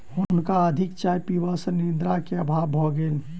हुनका अधिक चाय पीबा सॅ निद्रा के अभाव भ गेल